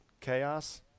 chaos